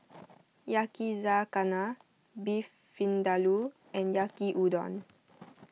Yakizakana Beef Vindaloo and Yaki Udon